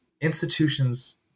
institutions